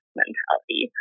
mentality